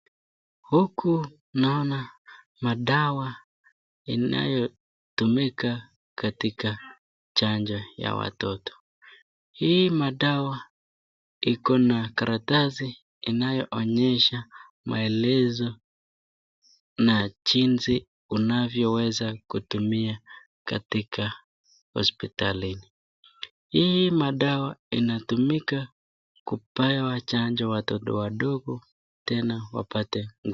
Huku naona madawa inayotumika katika chanjo ya watoto. Hii madawa iko na karatasi inayoonyesha maelezo na jinsi unavyoweza kutumia katika hospitalini. Hii madawa inatumika kupewa chanjo watoto wadogo tena wapate nguvu.